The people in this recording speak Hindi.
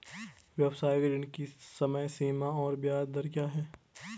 व्यावसायिक ऋण की समय सीमा और ब्याज दर क्या है?